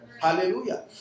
Hallelujah